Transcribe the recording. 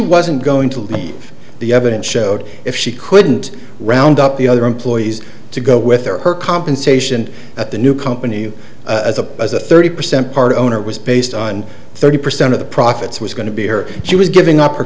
wasn't going to leave the evidence showed if she couldn't round up the other employees to go with her compensation at the new company a thirty percent part owner was based on thirty percent of the profits was going to be here she was giving up